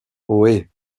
ohé